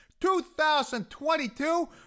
2022